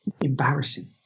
embarrassing